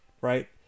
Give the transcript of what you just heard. right